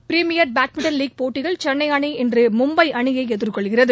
premier badminton league போட்டியில் சென்னை அணி இன்று மும்பை அணியை எதிர்கொள்கிறது